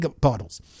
bottles